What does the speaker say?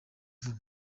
vuba